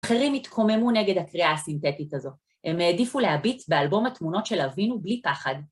אחרים התקוממו נגד הקריאה הסינתטית הזו, הם העדיפו להביט באלבום התמונות של אבינו בלי פחד.